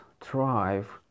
thrive